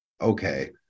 Okay